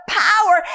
power